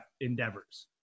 endeavors